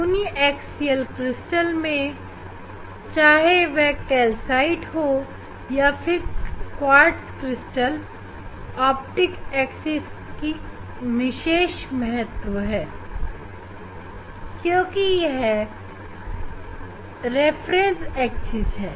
यूनीएकसीएल crystal चाहे वह calcite हो या फिर क्वार्ट्ज उसकी ऑप्टिक एक्सिस का विशेष महत्व है क्योंकि यह रेफरेंस एक्सिस है